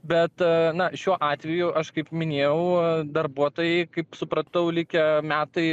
bet na šiuo atveju aš kaip minėjau darbuotojai kaip supratau likę metai